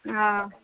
हँ